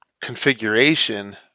configuration